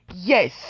yes